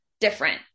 different